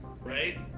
right